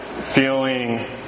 feeling